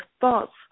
thoughts